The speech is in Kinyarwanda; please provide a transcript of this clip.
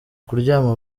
kuryama